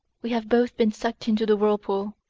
we have both been sucked into the whirlpool.